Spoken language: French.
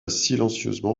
silencieusement